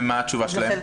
ומה התשובה שלהם?